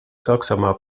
saksamaa